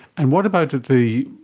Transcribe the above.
and what about at the,